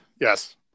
Yes